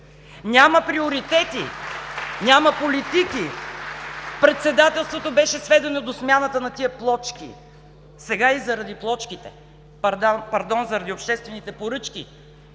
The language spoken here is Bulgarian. Няма приоритети, няма политики! Председателството беше сведено до смяната на тези плочки. Сега и заради плочките, пардон, заради обществените поръчки